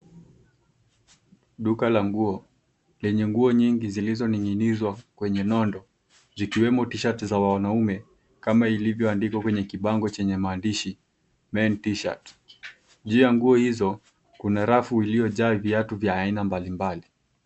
Duka la nguo lenye nguo nyingi zilizoning'inizwa kwenye nondo zikiwemo tishati za wanaume kama ilivyoandikwa kwenye kibango chenye maandishi men t-shirt . Juu ya nguo hizo , kuna rafu iliyojaa viatu vya aina mbalimbali.